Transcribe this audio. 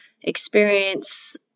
experience